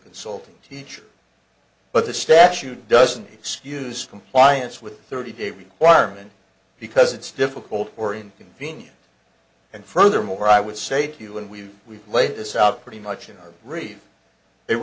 teacher but the statute doesn't excuse compliance with thirty day requirement because it's difficult or inconvenient and furthermore i would say to you and we we lay this out pretty much in our read it